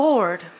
Lord